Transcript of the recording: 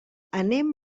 anem